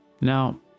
now